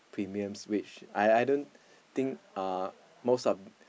premiums which I I don't think uh most of the